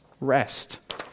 rest